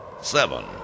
seven